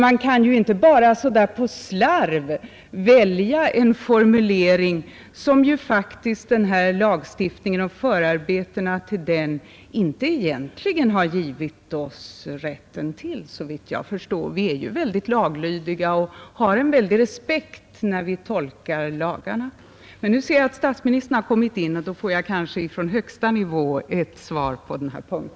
Man kan ju inte bara så där på slarv välja en formulering som ju faktiskt förhandlingsrättslagstiftningen och förarbetena till den egentligen inte har givit oss rätten till, såvitt jag förstår. Vi är ju väldigt laglydiga i detta land och har stor respekt för lagarna i vår tolkning av dem. Nu ser jag att statsministern har kommit in i kammaren, och då får jag kanske ett svar från högsta nivå på denna punkt.